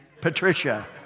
Patricia